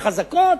החזקות,